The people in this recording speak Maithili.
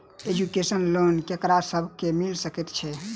एजुकेशन लोन ककरा सब केँ मिल सकैत छै?